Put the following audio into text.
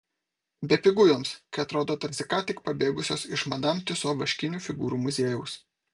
bepigu joms kai atrodo tarsi ką tik pabėgusios iš madam tiuso vaškinių figūrų muziejaus